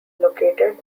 located